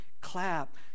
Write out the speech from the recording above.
clap